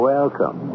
Welcome